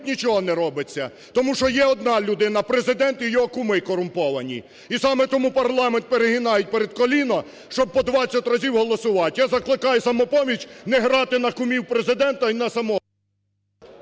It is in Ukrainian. нічого не робиться, тому що є одна людина – Президент і його куми корумповані. І саме тому парламент перегинають перед коліно, щоб по 20 разів голосувати. Я закликаю "Самопоміч" не грати на кумів Президента і на самого…